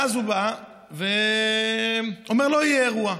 ואז הוא בא ואומר: לא יהיה אירוע,